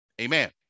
Amen